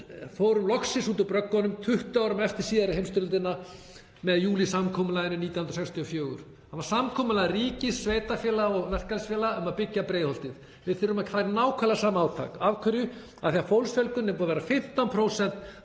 fórum loksins út úr bröggunum 20 árum eftir síðari heimsstyrjöldina með júnísamkomulaginu 1964. Það var samkomulag ríkis, sveitarfélaga og verkalýðsfélaga um að byggja Breiðholtið. Við þurfum að fara í nákvæmlega sama átak. Af hverju? Af því að fólksfjölgun er búin að vera 15%